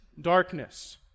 darkness